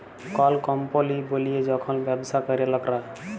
call কম্পলি বলিয়ে যখল ব্যবসা ক্যরে লকরা